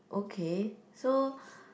okay so